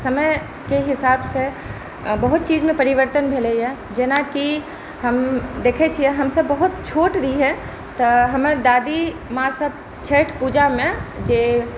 समयके हिसाबसे बहुत चीज़मे परिवर्तन भेलै हँ जेनाकि हम देख़ै छियै हमसभ बहुत छोट रहियै तऽ हमरा दादीमाँसभ छठि पूजामे जे